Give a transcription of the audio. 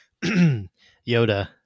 Yoda